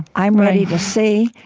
i'm ready to see.